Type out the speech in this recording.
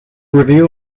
review